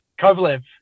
Kovalev